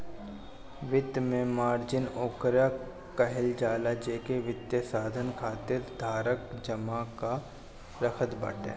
वित्त में मार्जिन ओके कहल जाला जेके वित्तीय साधन खातिर धारक जमा कअ के रखत बाटे